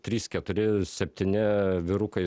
trys keturi septyni vyrukai